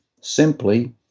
simply